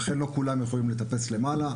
לכן לא כולם יכולים לטפס למעלה,